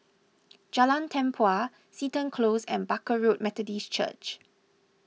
Jalan Tempua Seton Close and Barker Road Methodist Church